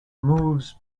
moves